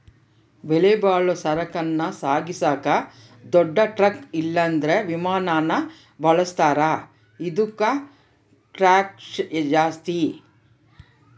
ಬೆಲೆಬಾಳೋ ಸರಕನ್ನ ಸಾಗಿಸಾಕ ದೊಡ್ ಟ್ರಕ್ ಇಲ್ಲಂದ್ರ ವಿಮಾನಾನ ಬಳುಸ್ತಾರ, ಇದುಕ್ಕ ಟ್ಯಾಕ್ಷ್ ಜಾಸ್ತಿ